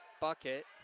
bucket